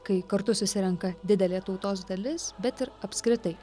kai kartu susirenka didelė tautos dalis bet ir apskritai